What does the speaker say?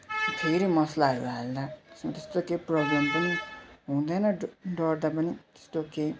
फेरि मसलाहरू हाल्दा त्यस्तो केही प्रब्लम पनि हुँदैन डढ्दा पनि त्यस्तो केही